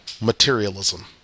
materialism